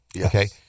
Okay